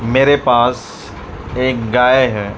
میرے پاس ایک گائے ہے